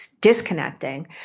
disconnecting